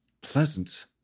pleasant